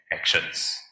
Actions